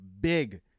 big